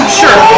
sure